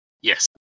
Yes